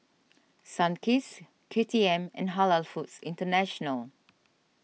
Sunkist K T M and Halal Foods International